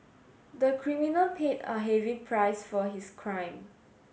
the criminal paid a heavy price for his crime